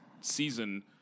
season